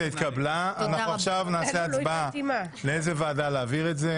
נעבור להצבעה.